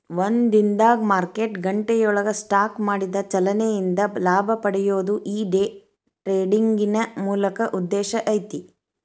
ಒಂದ ದಿನದಾಗ್ ಮಾರ್ಕೆಟ್ ಗಂಟೆಯೊಳಗ ಸ್ಟಾಕ್ ಮಾಡಿದ ಚಲನೆ ಇಂದ ಲಾಭ ಪಡೆಯೊದು ಈ ಡೆ ಟ್ರೆಡಿಂಗಿನ್ ಮೂಲ ಉದ್ದೇಶ ಐತಿ